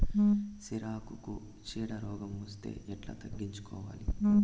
సిరాకుకు చీడ రోగం వస్తే ఎట్లా తగ్గించుకోవాలి?